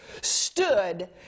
stood